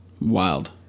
Wild